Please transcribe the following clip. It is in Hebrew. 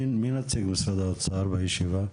מי נציג משרד האוצר בישיבה?